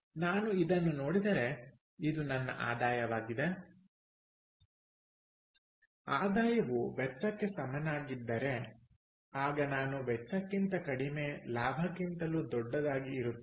ನಾನು ಇದನ್ನು ನೋಡಿದರೆಇದು ನನ್ನ ಆದಾಯವಾಗಿದೆ ಆದಾಯವು ವೆಚ್ಚಕ್ಕೆ ಸಮನಾಗಿದ್ದರೆ ಆಗ ನಾನು ವೆಚ್ಚಕ್ಕಿಂತ ಕಡಿಮೆ ಲಾಭಕ್ಕಿಂತಲೂ ದೊಡ್ಡದಾಗಿ ಇರುತ್ತೇನೆ